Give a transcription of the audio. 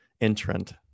entrant